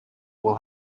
will